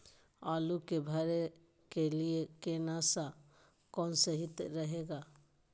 आलू के भरे के लिए केन सा और सही रहेगा?